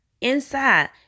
inside